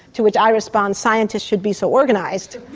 to which i respond, scientists should be so organised!